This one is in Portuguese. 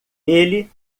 ele